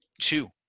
two